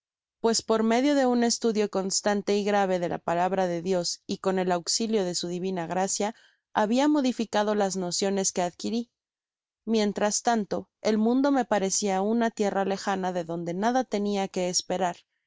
pues por medio de un estudio constante y grave de la palabra de dios y con el auxilio de su divina gracia habia modificado las nociones que adquiri mientras tanto el mundo me parecia una tierra lejana de donde nada tenia que esperar con